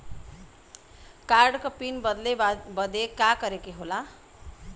Card क pin बदले बदी का करे के होला?